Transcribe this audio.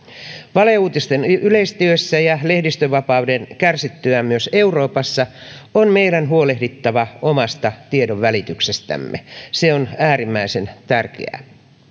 valeuutisten yleistyessä ja lehdistönvapauden kärsittyä myös euroopassa on meidän huolehdittava omasta tiedonvälityksestämme se on äärimmäisen tärkeää